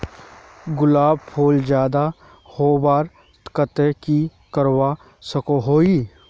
गुलाब फूल ज्यादा होबार केते की करवा सकोहो ही?